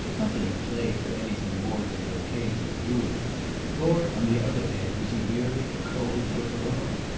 not that he played for anything more than an occasional louis nor, on the other hand, was he merely a cold looker-on.